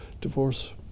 Divorce